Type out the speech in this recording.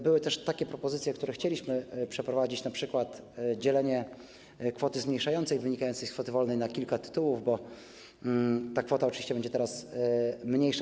Były też takie propozycje, które chcieliśmy wprowadzić, np. dzielenie kwoty zmniejszającej wynikającej z kwoty wolnej na kilka tytułów, bo ta kwota oczywiście będzie teraz mniejsza.